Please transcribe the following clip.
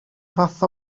fath